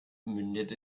mündet